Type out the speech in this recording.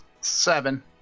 Seven